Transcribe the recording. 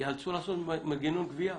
יאלצו לעשות מנגנון גביה חלופי.